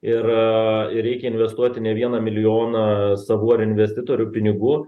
ir ir reikia investuoti ne vieną milijoną savų ar investitorių pinigų